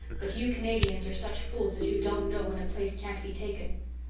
but you canadians are such fools that you don't know when a place can't be taken!